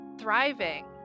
thriving